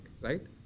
right